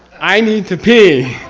i need to pee!